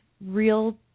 real